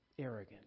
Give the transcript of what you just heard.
arrogant